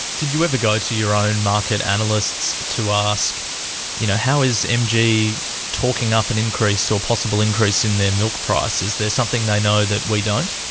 did you ever go to your own market analysts to ask you know how is mg talking up an increase or possible increase in their milk price? is there something they know that we don't?